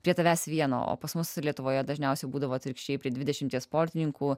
prie tavęs vieno o pas mus lietuvoje dažniausiai būdavo atvirkščiai prie dvidešimties sportininkų